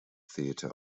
theatre